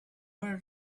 were